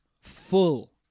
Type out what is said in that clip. full